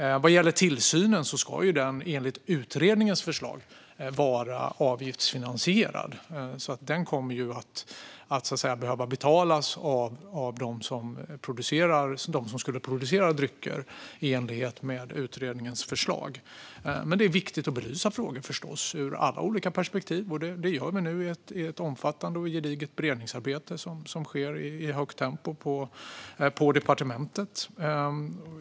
Vad gäller tillsynen ska den enligt utredningens förslag vara avgiftsfinansierad. Den kommer då alltså att behöva betalas av dem som producerar drycker i enlighet med utredningens förslag. Men det är förstås viktigt att belysa frågor ur alla olika perspektiv. Det gör vi nu i ett omfattande och gediget beredningsarbete, som sker i högt tempo på departementet.